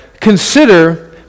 consider